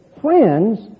friends